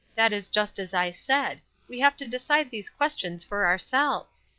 that is just as i said we have to decide these questions for ourselves.